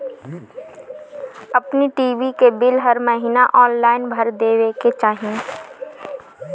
अपनी टी.वी के बिल हर महिना ऑनलाइन भर देवे के चाही